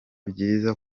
byiza